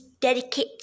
dedicate